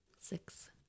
six